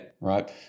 Right